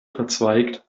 verzweigt